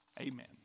Amen